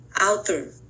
outer